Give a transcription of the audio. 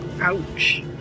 Ouch